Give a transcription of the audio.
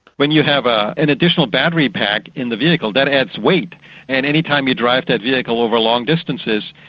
when you have ah an additional battery pack in the vehicle, that adds weight and any time you drive that vehicle over long distances,